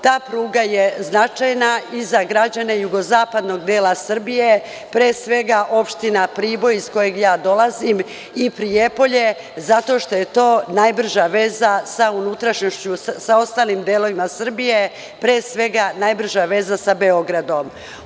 Ta pruga je značajna i za građane jugozapadnog dela Srbije, pre svega opština Priboj, iz kojeg ja dolazim i Prijepolje zato što je to najbrža veza sa unutrašnjošću sa ostalim delovima Srbije, pre svega najbrža veza sa Beogradom.